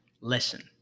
Listen